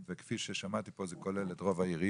כפי ששמעתי פה זה כולל את רוב העיריות.